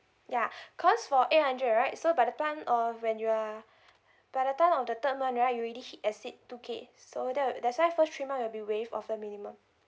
yeah cause for eight hundred right so by the time uh when you are by the time of the third month right you already exceed two K so that will that's why first three month will be waived off the minimum